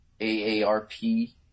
AARP